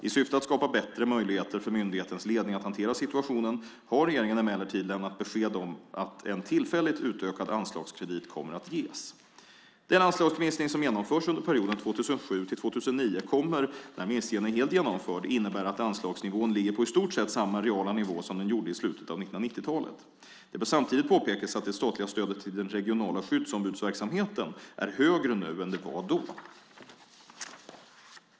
I syfte att skapa bättre möjligheter för myndighetens ledning att hantera situationen har regeringen emellertid lämnat besked om att en tillfälligt utökad anslagskredit kommer att ges. Den anslagsminskning som genomförs under perioden 2007-2009 kommer, när minskningen är helt genomförd, innebära att anslagsnivån ligger på i stort sett samma reala nivå som den gjorde i slutet av 1990-talet. Det bör samtidigt påpekas att det statliga stödet till den regionala skyddsombudsverksamheten är högre nu än det var då.